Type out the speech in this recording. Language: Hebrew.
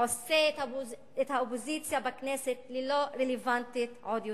עושה את האופוזיציה בכנסת ללא-רלוונטית עוד יותר.